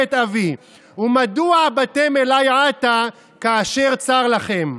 מבית אבי ומדוע באתם אלי עתה כאשר צר לכם".